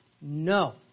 No